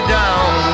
down